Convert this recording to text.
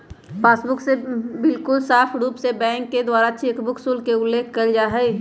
passbook में बिल्कुल साफ़ रूप से बैंक के द्वारा चेकबुक शुल्क के उल्लेख कइल जाहई